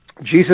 Jesus